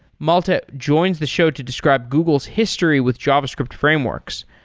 malte joins the show to describe google's history with javascript frameworks,